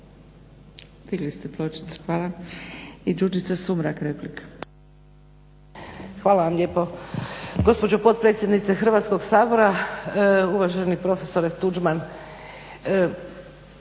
Hvala vam lijepo